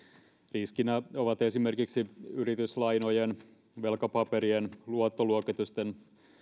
riskinä on esimerkiksi yrityslainojen velkapaperien luottoluokitusten